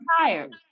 tired